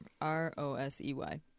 R-O-S-E-Y